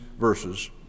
verses